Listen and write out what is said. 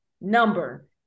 number